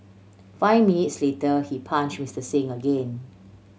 five minutes later he punch Mister Singh again